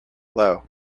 low